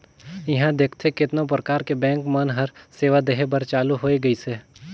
इहां देखथे केतनो परकार के बेंक मन हर सेवा देहे बर चालु होय गइसे